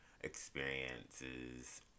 experiences